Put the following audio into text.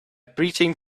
breaching